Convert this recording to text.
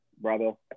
bravo